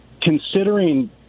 considering